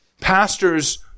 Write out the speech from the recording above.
Pastors